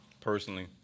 personally